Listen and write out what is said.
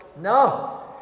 No